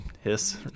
Hiss